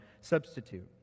substitute